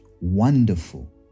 wonderful